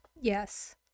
Yes